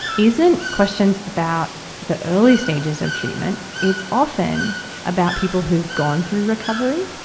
isn't questions about the early stages of treatment. it's often about people who've gone through recovery,